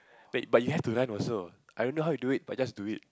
but you have to run also I don't know how you do it but just do it